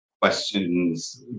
questions